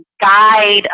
guide